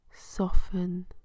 soften